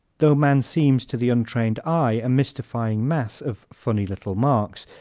though man seems to the untrained eye a mystifying mass of funny little marks,